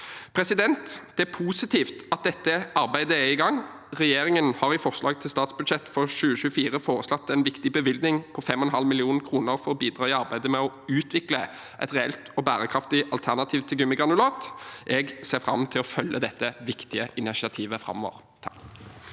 Det er positivt at dette arbeidet er i gang. Regjeringen har i forslag til statsbudsjett for 2024 foreslått en viktig bevilgning på 5,5 mill. kr for å bidra i arbeidet med å utvikle et reelt og bærekraftig alternativ til gummigranulat. Jeg ser fram til å følge dette viktige initiativet framover.